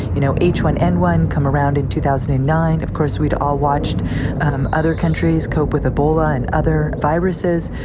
you know, h one n one come around in two thousand and nine. of course, we'd all watched um other countries cope with ebola and other viruses.